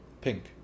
Pink